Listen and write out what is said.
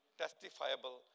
testifiable